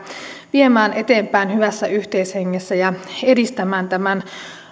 viemään eteenpäin hyvässä yhteishengessä ja edistämään tätä